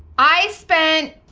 i spent